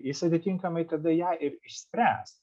jis atitinkamai tada ją ir išspręs